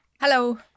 Hello